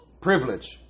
privilege